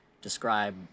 describe